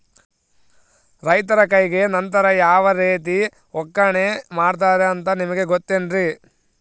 ರೈತರ ಕೈಗೆ ನಂತರ ಯಾವ ರೇತಿ ಒಕ್ಕಣೆ ಮಾಡ್ತಾರೆ ಅಂತ ನಿಮಗೆ ಗೊತ್ತೇನ್ರಿ?